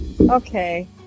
Okay